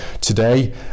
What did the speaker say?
Today